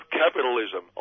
capitalism